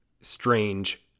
strange